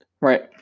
Right